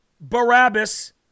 Barabbas